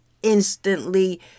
instantly